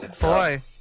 Boy